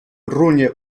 runie